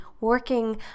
working